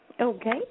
Okay